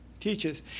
teaches